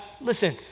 listen